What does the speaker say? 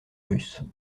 russe